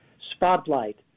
spotlight